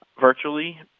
virtually